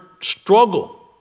struggle